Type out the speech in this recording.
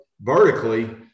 vertically